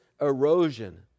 erosion